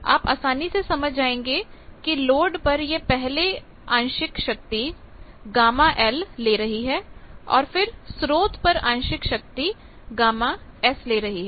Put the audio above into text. आप आसानी से समझ जाएंगे कि लोड पर यह पहलेआंशिक शक्ति γ L ले रही है और फिर स्रोत पर आंशिक शक्ति γ S ले रही है